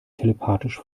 telepathisch